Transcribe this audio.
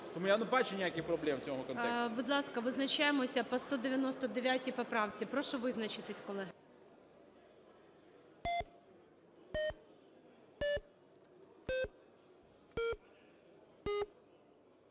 Будь ласка, визначаємося по 199 поправці. Прошу визначитись, колеги.